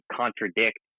contradict